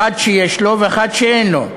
אחד שיש לו ואחד שאין לו.